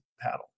paddle